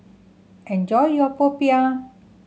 enjoy your popiah